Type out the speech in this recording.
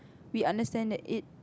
we understand that it